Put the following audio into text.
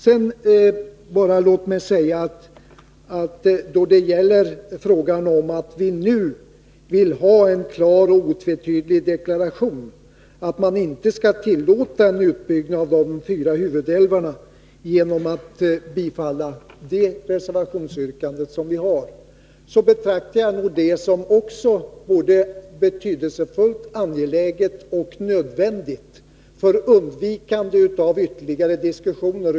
Låt mig sedan bara säga att då vi nu i vårt reservationsyrkande begär en klar och otvetydig deklaration att man inte skall tillåta en utbyggnad av de fyra huvudälvarna, är det därför att vi betraktar det som betydelsefullt, angeläget och nödvändigt för undvikande av ytterligare diskussioner.